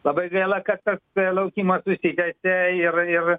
labai gaila kad tas laukimas užsitęsė ir ir